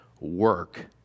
work